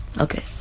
Okay